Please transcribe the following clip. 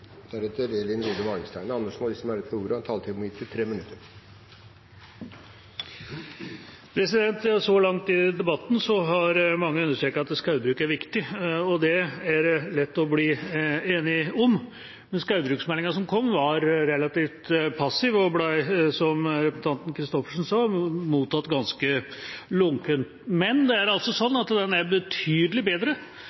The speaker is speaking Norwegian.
De talere som heretter får ordet, har en taletid på inntil 3 minutter. Så langt i debatten har mange understreket at skogbruk er viktig, og det er det lett å bli enige om. Skogbruksmeldingen som kom, var relativt passiv og ble, som representanten Lise Christoffersen sa, mottatt ganske lunkent. Men den er